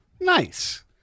Nice